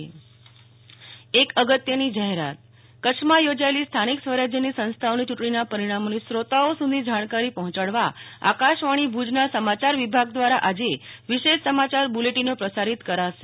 નેહ્લ ઠક્કર અગત્યની જાહેરાત કચ્છમાં યોજાયેલી સ્થાનિક સ્વરાજ્યની સંસ્થાઓની યૂંટણીના પરિણામોની શ્રોતાઓ સુધી જાણકારી પહોંચાડવા આકાશવાણી ભુજના સમાચાર વિભાગ દ્વારા આજે વિશેષ સમાચાર બુલે ટીનો પ્રસારિત કરાશે